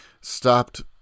stopped